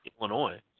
Illinois